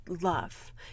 love